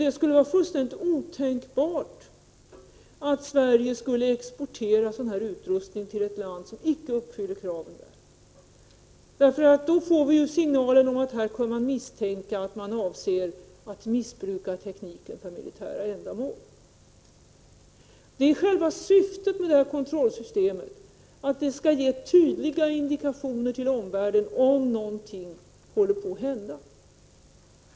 Det skulle vara fullständigt otänkbart att Sverige skulle exportera denna typ av utrustning till ett land som icke uppfyller kraven. Då får vi ju signaler om att vi här kan misstänka att man avser att missbruka tekniken för militära ändamål. Själva syftet med kontrollsystemet är att det skall ge tydliga indikationer till omvärlden om någonting håller på att hända.